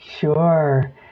Sure